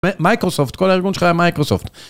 מייקרוסופט, כל הארגון שלך היה מייקרוסופט.